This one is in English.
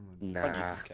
Nah